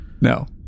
No